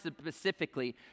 specifically